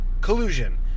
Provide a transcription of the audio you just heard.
Collusion